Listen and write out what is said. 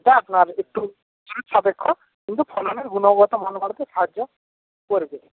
এটা আপনার একটু খরচসাপেক্ষ কিন্তু ফলনের গুণগত মান বাড়াতে সাহায্য করবে